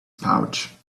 pouch